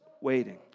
waiting